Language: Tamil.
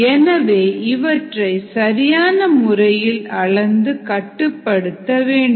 எனவே இவற்றை சரியான முறையில் அளந்து கட்டுப்படுத்த வேண்டும்